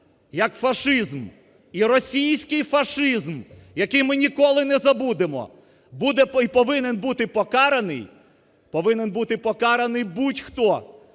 як фашизм і російський фашизм, який ми ніколи не забудемо, буде і повинен бути покараний, повинен бути покараний будь-хто,